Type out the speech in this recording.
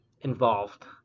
involved